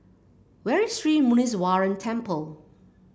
where is Sri Muneeswaran Temple